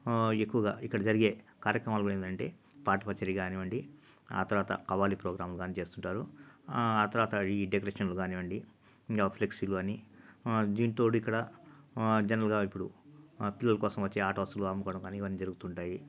ఎక్కువగా ఇక్కడ జరిగే కార్యక్రమాలు కూడా ఏందంటే పాటపత్రి కానివ్వండి ఆ తర్వాత కవ్వాలి ప్రోగ్రాం కానీ చేస్తుంటారు ఆ తర్వాత ఈ డెకరేషన్లు కానివ్వండి ఫ్లెక్సీలు కానీ దీనికి తోడు ఇక్కడ జనరల్గా ఇప్పుడు పిల్లల కోసం వచ్చే ఆటవస్తువులు అమ్ముకోవడం కానీ ఇవన్నీ జరుగుతుంటాయి